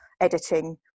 editing